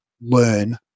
learn